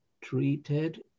treated